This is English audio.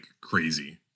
crazy